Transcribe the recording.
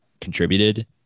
contributed